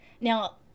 Now